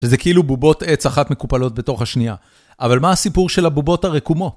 וזה כאילו בובות עץ אחת מקופלות בתוך השנייה. אבל מה הסיפור של הבובות הרקומות?